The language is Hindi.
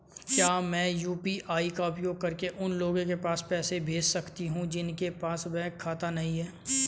क्या मैं यू.पी.आई का उपयोग करके उन लोगों के पास पैसे भेज सकती हूँ जिनके पास बैंक खाता नहीं है?